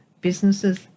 businesses